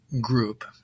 group